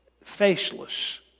faceless